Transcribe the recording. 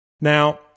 Now